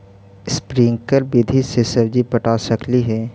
Sprinkle विधि से सब्जी पटा सकली हे?